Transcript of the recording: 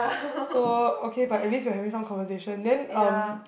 so okay but at least you are having some conversation then um